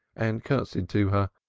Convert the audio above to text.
and curtseyed to her,